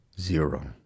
zero